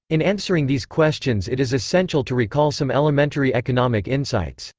in answering these questions it is essential to recall some elementary economic insights.